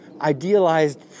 idealized